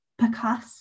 percuss